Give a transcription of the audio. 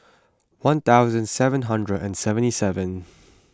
one thousand seven hundred and seventy seven